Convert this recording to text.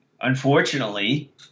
Unfortunately